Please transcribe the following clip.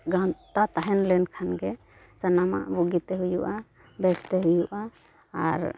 ᱜᱟᱶᱛᱟ ᱛᱟᱦᱮᱸᱞᱮᱱᱠᱷᱟᱱ ᱜᱮ ᱥᱟᱱᱟᱢᱟᱜ ᱵᱩᱜᱤᱛᱮ ᱦᱩᱯᱭᱩᱜᱼᱟ ᱵᱮᱥᱛᱮ ᱦᱩᱭᱩᱜᱟ ᱟᱨ